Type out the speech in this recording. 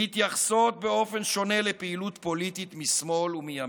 מתייחסות באופן שונה לפעילות פוליטית משמאל ומימין".